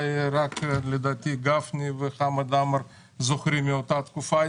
לדעתי רק גפני וחמד עמאר זוכרים את אותה תקופה.